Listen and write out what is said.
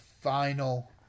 final